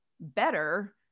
better